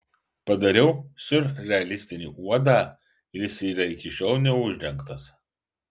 padariau siurrealistinį uodą ir jis yra iki šiol neuždengtas